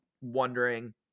wondering